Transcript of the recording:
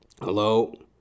Hello